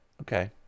okay